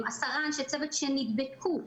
עשרה אנשי צוות נדבקו,